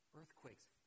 earthquakes